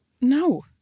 No